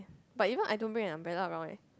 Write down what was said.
but even I don't bring an umbrella around eh